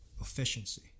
efficiency